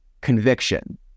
conviction